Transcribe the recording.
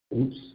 Oops